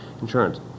insurance